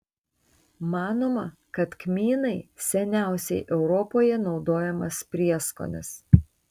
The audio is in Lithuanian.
manoma kad kmynai seniausiai europoje naudojamas prieskonis